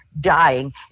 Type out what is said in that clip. dying